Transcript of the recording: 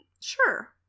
Sure